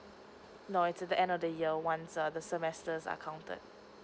no it's at the end of the year once err the semesters are counted